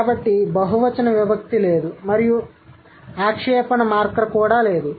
కాబట్టి బహువచన విభక్తి లేదు మరియు ఆక్షేపణ మార్కర్ కూడా లేదు